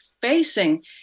facing